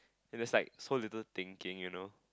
and is like so little thinking you know